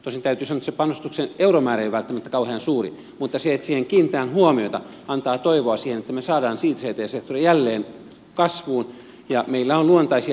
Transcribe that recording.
tosin täytyy sanoa että se panostuksen euromäärä ei ole välttämättä kauhean suuri mutta se että siihen kiinnitetään huomiota antaa toivoa siihen että me saamme ict sektorin jälleen kasvuun ja meillä on luontaisia edellytyksiä